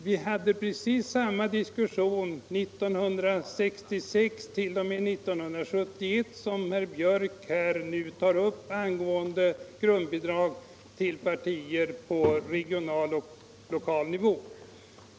Vi hade precis samma diskussion 1969-1971 som herr Björck nu tar upp angående grundbidrag till partier på regional och lokal nivå.